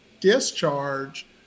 discharge